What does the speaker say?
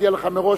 מודיע לך מראש,